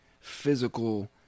physical